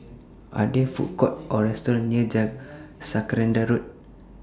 Are There Food Courts Or restaurants near Jacaranda Road